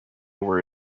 were